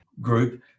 group